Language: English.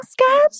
scared